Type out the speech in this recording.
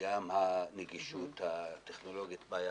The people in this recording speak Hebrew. וגם הנגישות הטכנולוגית היא בעיה.